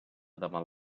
davant